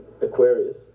Aquarius